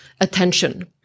attention